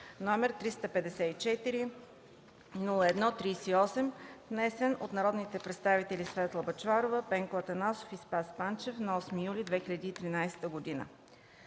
№ 354-01-38, внесен от народните представители Светла Бъчварова, Пенко Атанасов и Спас Панчев на 8 юли 2013 г.